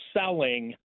selling